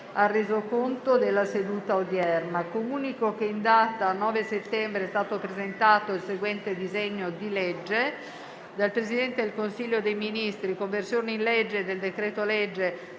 di presentazione PRESIDENTE. Comunico che in data 9 settembre 2021 è stato presentato il seguente disegno di legge: dal Presidente del Consiglio dei ministri: «Conversione in legge del decreto-legge